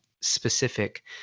specific